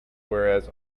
whereas